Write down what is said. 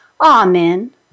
Amen